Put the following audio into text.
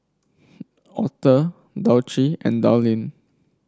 Author Dulcie and Dallin